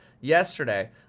yesterday